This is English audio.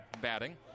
batting